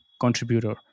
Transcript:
contributor